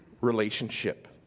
relationship